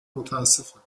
متاسفم